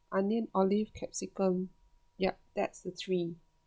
onion olive capsicum yup that's the three